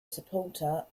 supporter